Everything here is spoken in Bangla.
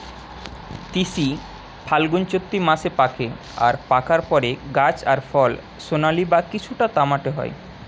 তিসি ফাল্গুনচোত্তি মাসে পাকে আর পাকার পরে গাছ আর ফল সোনালী বা কিছুটা তামাটে হয়